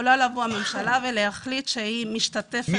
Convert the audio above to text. יכולה לבוא הממשלה ולהחליט שהיא משתתפת.